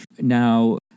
Now